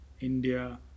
India